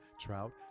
trout